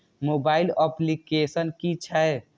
Mobile application कि छै?